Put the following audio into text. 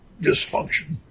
dysfunction